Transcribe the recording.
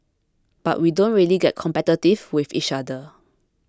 but we don't really get competitive with each other